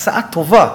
ההצעה טובה,